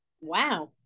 Wow